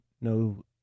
No